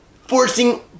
forcing